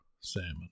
salmon